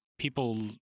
people